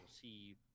see